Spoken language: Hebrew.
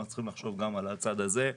אבל אנחנו צריכים לחשוב גם על הצד הזה,